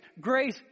Grace